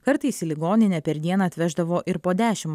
kartais į ligoninę per dieną atveždavo ir po dešimt